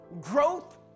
growth